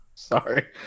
Sorry